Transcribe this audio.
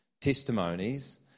testimonies